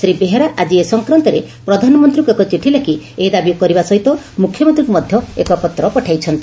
ଶ୍ରୀ ବେହେରା ଆଜି ଏ ସଂକ୍ରାନ୍ତରେ ପ୍ରଧାନମନ୍ତୀଙ୍କୁ ଏକ ଚିଠି ଲେଖ ଏହି ଦାବି କରିବା ସହିତ ମୁଖ୍ୟମନ୍ତୀଙ୍କୁ ମଧ ଏକ ପତ୍ର ପଠାଇଛନ୍ତି